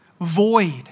void